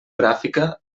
gràfica